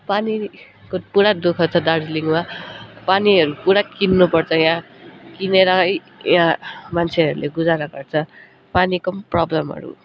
पानीको पुरा दु ख छ दार्जीिलिङमा पानीहरू पुरा किन्नुपर्छ यहाँ किनेर है यहाँ मान्छेहरूले गुजारा गर्छ पानीको पनि प्रब्लमहरू